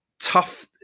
tough